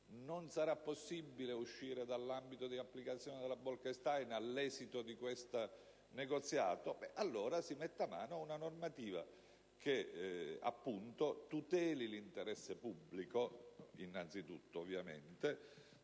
Non sarà possibile uscire dall'ambito di applicazione della direttiva Bolkestein all'esito di questo negoziato? Allora si metta mano ad una normativa che tuteli l'interesse pubblico, valorizzando